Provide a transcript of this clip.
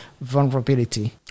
vulnerability